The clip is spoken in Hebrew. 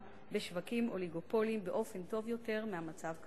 בשווקים אוליגופוליים באופן טוב יותר מהמצב כיום.